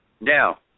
Now